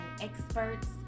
experts